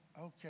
Okay